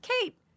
Kate